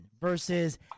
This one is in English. versus